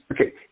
Okay